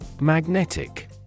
Magnetic